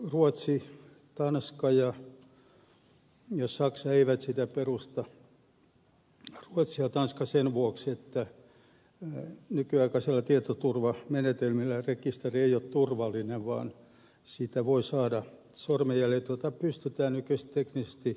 ruotsi tanska ja saksa eivät sitä perusta ruotsi ja tanska sen vuoksi että nykyaikaisilla tietoturvamenetelmillä rekisteri ei ole turvallinen vaan siitä voi saada sormenjäljet joita pystytään nykyisin teknisesti väärinkäyttämään